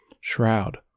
Shroud